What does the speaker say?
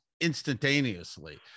instantaneously